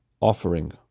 offering